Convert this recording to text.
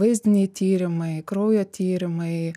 vaizdiniai tyrimai kraujo tyrimai